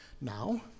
Now